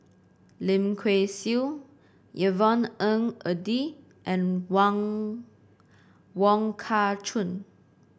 Lim Kay Siu Yvonne Ng Uhde and Wong Wong Kah Chun